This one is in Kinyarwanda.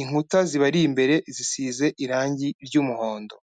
Inkuta zibari imbere zisize irangi ry'umuhondo.